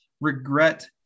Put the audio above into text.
regret